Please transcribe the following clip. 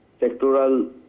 sectoral